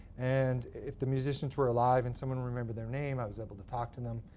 and if the musicians were alive and someone remembered their name, i was able to talk to them.